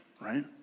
right